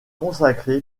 consacré